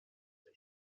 der